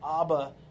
Abba